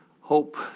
hope